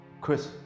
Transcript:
Chris